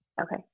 Okay